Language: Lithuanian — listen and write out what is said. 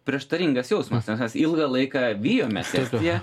prieštaringas jausmas nes mes ilgą laiką vijomės estiją